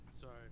Sorry